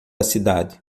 cidade